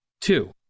Two